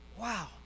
Wow